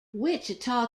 wichita